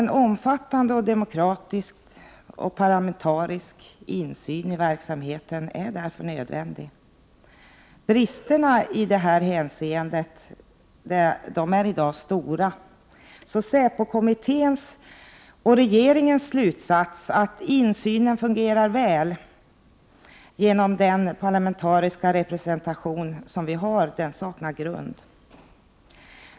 En omfattande demokratisk och parlamentarisk insyn i verksamheten är därför nödvändig. Bristerna i detta hänseende är i dag stora. Säpokommitténs och regeringens slutsats, att insynen fungerar väl genom den parlamentariska representation vi har, saknar grund.